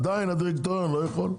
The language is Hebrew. עדיין הדירקטוריון לא יכול.